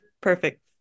perfect